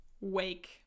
wake